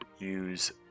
Use